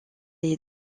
est